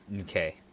okay